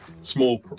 Small